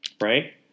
right